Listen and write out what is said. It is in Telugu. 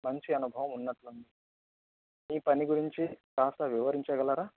మంచి అనుభవం ఉన్నట్టుంది మీ పని గురించి కాస్త వివరించగలరా